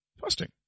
fasting